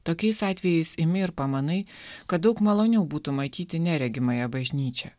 tokiais atvejais imi ir pamanai kad daug maloniau būtų matyti neregimąją bažnyčią